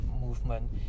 movement